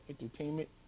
Entertainment